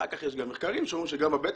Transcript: אחר כך יש גם מחקרים שאומרים שגם בבטן